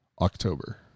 October